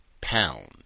pound